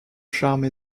charme